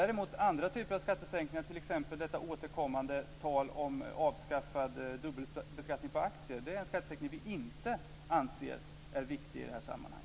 Det finns andra typer av skattesänkningar, t.ex. detta återkommande tal om avskaffad dubbelbeskattning på aktier, som däremot är något som vi inte anser är viktigt i sammanhanget.